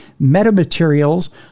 metamaterials